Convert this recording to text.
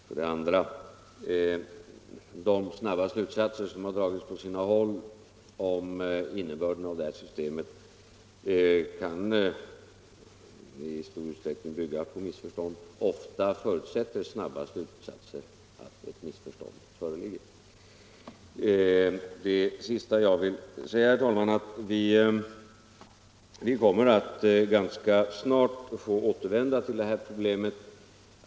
Vidare kan de snabba slutsatser som dragits på sina håll om ihnebörden av detta system i stor utsträckning bygga på missförstånd. Ofta förutsätter snabba slutsatser att missförstånd föreligger. Till sist, herr talman, vi kommer ganska snart att få återvända till detta problem.